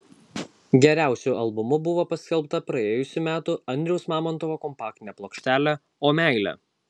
geriausiu albumu buvo paskelbta praėjusių metų andriaus mamontovo kompaktinė plokštelė o meile